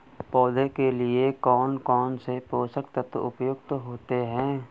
पौधे के लिए कौन कौन से पोषक तत्व उपयुक्त होते हैं?